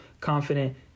confident